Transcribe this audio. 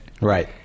Right